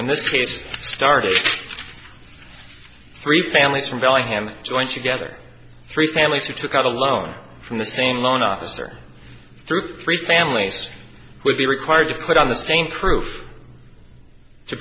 when this case started three families from bellingham joint you gather three families who took out a loan from the same loan officer through three families will be required to put on the same proof to